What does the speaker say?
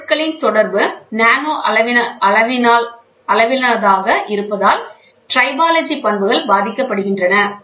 பொருட்களின் தொடர்பு நானோ அளவிலானதாக இருப்பதால் ட்ரைபாலாஜி பண்புகள் பாதிக்கப்படுகின்றன